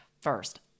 first